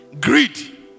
greed